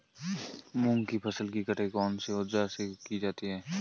मूंग की फसल की कटाई कौनसे औज़ार से की जाती है?